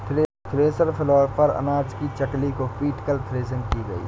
thresher floor पर अनाज को चकली से पीटकर थ्रेसिंग की गई